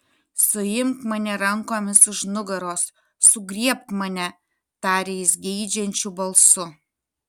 suimk mane rankomis už nugaros sugriebk mane tarė jis geidžiančiu balsu